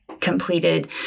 completed